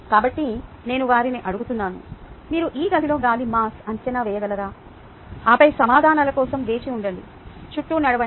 కాబట్టి నేను వారిని అడుగుతున్నాను మీరు ఈ గదిలో గాలి మాస్ అంచనా వేయగలరా ఆపై సమాధానాల కోసం వేచి ఉండండి చుట్టూ నడవండి